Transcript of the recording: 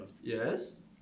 Yes